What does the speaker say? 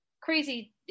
Crazy